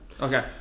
Okay